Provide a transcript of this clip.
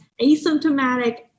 asymptomatic